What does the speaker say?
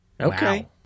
Okay